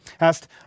Asked